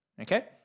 okay